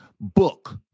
book